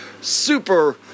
super